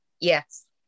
Yes